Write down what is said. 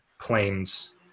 planes